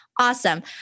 Awesome